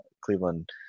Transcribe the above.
Cleveland